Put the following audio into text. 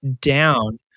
down